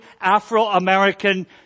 Afro-American